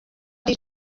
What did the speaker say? ari